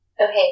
Okay